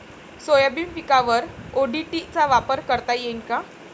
Soybean पिकावर ODT चा वापर करता येईन का?